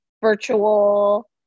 virtual